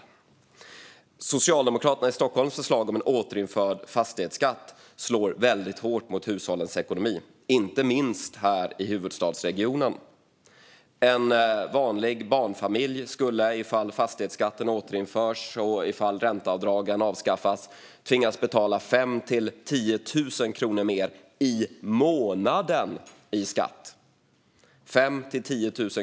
Förslaget från Socialdemokraterna i Stockholm om återinförande av en fastighetsskatt slår väldigt hårt mot hushållens ekonomi, inte minst här i huvudstadsregionen. En vanlig barnfamilj skulle om fastighetsskatten återinförs och om ränteavdragen avskaffas tvingas betala 5 000-10 000 kronor mer i månaden i skatt.